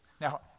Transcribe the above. Now